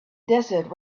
desert